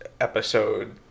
episode